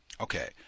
okay